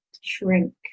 shrink